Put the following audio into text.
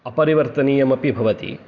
अपरिवर्तनीयमपि भवति